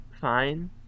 fine